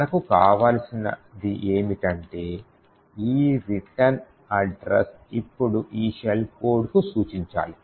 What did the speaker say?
మనకు కావలసినది ఏమిటంటే ఈ రిటర్న్ అడ్రస్ ఇప్పుడు ఈ షెల్ కోడ్కు సూచించాలి